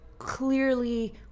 clearly